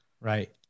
right